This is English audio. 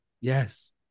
Yes